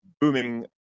booming